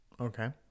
Okay